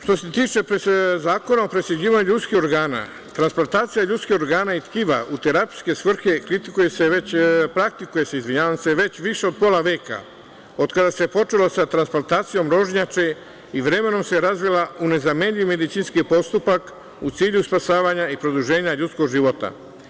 Što se tiče Zakona o presađivanju ljudskih organa, transplantacija ljudskih organa i tkiva u terapijske svrhe, praktikuje se već više od pola veka od kada se počelo sa transplantacijom rožnjače i vremenom se razvijala u nezamenljivi medicinski postupak u cilju spasavanja i produženja ljudskog života.